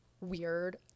weird